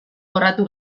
jorratu